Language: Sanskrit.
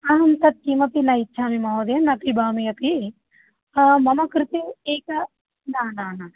अहं तत् किमपि न इच्छामि महोदय न पिबामि अपि मम कृते एक न न न